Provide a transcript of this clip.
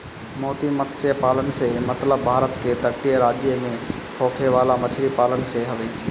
मोती मतस्य पालन से मतलब भारत के तटीय राज्य में होखे वाला मछरी पालन से हवे